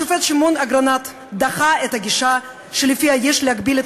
השופט שמעון אגרנט דחה את הגישה שלפיה יש להגביל את